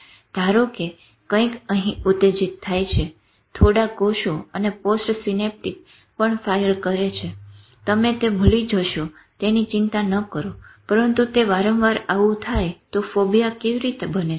ધારો કે કંઈક અહી ઉતેજીત થાય છે થોડા કોષો અને પોસ્ટસિનપ્ટીક પણ ફાયર કરે છે તમે તે ભૂલી જશો તેની ચિંતા ન કરો પરંતુ તે વારંવાર આવું થાય તો ફોબિયા કેવી રીતે બંને છે